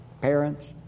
parents